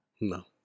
No